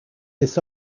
this